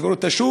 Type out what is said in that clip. לסגור את השוק.